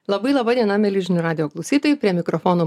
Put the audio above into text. labai laba diena mieli žinių radijo klausytojai prie mikrofono